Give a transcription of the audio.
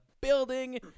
building